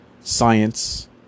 science